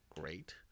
great